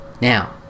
Now